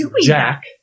Jack